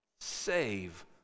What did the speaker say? Save